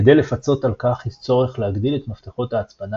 כדי לפצות על כך יש צורך להגדיל את מפתחות ההצפנה